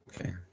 okay